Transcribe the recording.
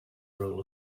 rule